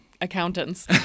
accountants